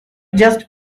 just